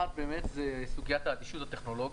אחת באמת היא סוגיית אדישות הטכנולוגית.